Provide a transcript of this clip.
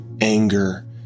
anger